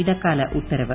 ഇടക്കാല ഉത്തരവ്